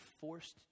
forced